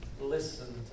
listen